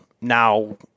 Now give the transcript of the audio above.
now